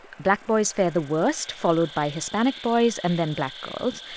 black boys fared the worst, followed by hispanic boys and then black girls.